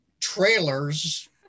trailers